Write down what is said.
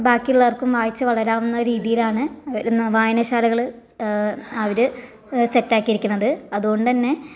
ബാക്കിയുള്ളർവർക്കും വായിച്ച് വളരാവുന്ന രീതിയിലാണ് വരുന്ന വായനശാലകള് അവര് സെറ്റാക്കിയിരിക്കണത് അതുകൊണ്ടുതന്നെ